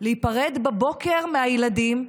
להיפרד בבוקר מהילדים,